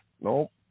Nope